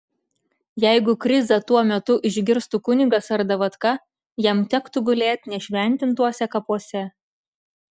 jeigu krizą tuo metu išgirstų kunigas ar davatka jam tektų gulėt nešventintuose kapuose